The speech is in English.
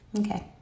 Okay